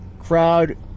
Crowd